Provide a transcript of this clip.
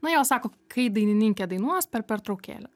na jos sako kai dainininkė dainuos per pertraukėlę